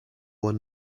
one